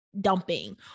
dumping